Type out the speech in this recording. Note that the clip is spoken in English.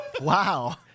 Wow